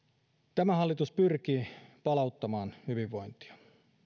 tämä hallitus pyrkii palauttamaan hyvinvointia